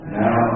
now